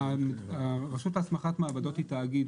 הרשות להסמכת מעבדות היא תאגיד